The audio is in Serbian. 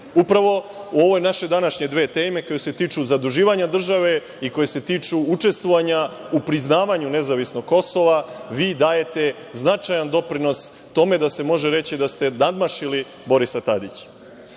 Uprave u ove naše današnje dve teme, koje se tiču zaduživanja države i koje se tiču učestvovanja u priznavanju nezavisnog Kosova, vi dajete značajan doprinos tome da se može reći da ste nadmašili Borisa Tadića. To